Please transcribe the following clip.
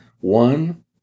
One